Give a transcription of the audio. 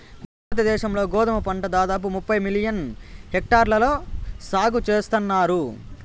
భారత దేశం లో గోధుమ పంట దాదాపు ముప్పై మిలియన్ హెక్టార్లలో సాగు చేస్తన్నారు